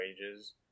Wages